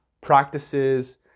practices